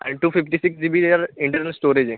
आणि two fifty six G B त्याला internal storage आहे